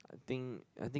I think I think